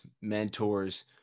mentors